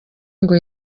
ngo